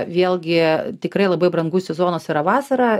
vėlgi tikrai labai brangus sezonas yra vasara